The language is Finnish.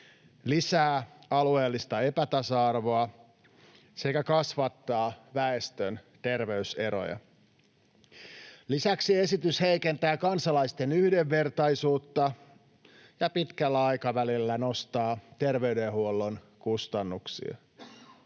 lisää alueellista epätasa-arvoa sekä kasvattaa väestön terveyseroja. Lisäksi esitys heikentää kansalaisten yhdenvertaisuutta ja pitkällä aikavälillä nostaa terveydenhuollon kustannuksia.